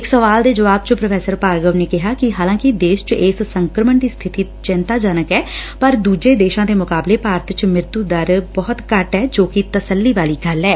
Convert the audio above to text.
ਇਕ ਸਵਾਲ ਦੇ ਜਵਾਬ ਚ ਪ੍ਰੋ ਭਾਰਗਵ ਨੇ ਕਿਹਾ ਕਿ ਹਾਲਾਕਿ ਦੇਸ਼ ਚ ਇਸ ਸੰਕਰਮਣ ਦੀ ਸਬਿਤੀ ਚਿੰਤਾਜਨਕ ਐ ਪਰ ਦੁਜੇ ਦੇਸ਼ਾਂ ਦੇ ਮੁਕਾਬਲੇ ਭਾਰਤ ਚ ਮ੍ਰਿਤੁ ਦਰ ਬਹੁਤ ਘੱਟ ਐ ਜੋ ਕਿ ਤਸੱਲੀ ਵਾਲੀ ਗੱਲ ਐ